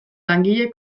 langile